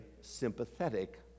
sympathetic